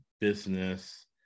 business